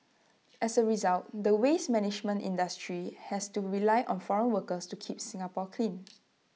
as A result the waste management industry has to rely on foreign workers to keep Singapore clean